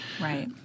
Right